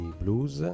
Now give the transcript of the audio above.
blues